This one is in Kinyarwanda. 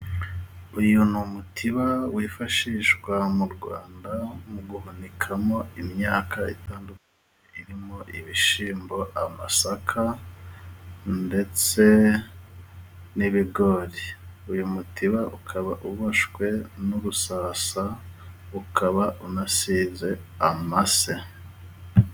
Uyu ni umutiba wifashishwa mu Rwanda mu guhunikamo imyaka irimo ibishyimbo, amasaka ndetse n'ibigori. Uyu mutiba ukaba uboshywe n'ubusasa ukaba unasize amase.